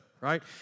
right